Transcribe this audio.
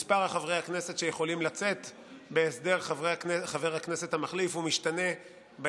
מספר חברי הכנסת שיכולים לצאת בהסדר חבר הכנסת המחליף משתנה לפי